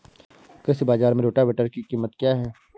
कृषि बाजार में रोटावेटर की कीमत क्या है?